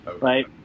right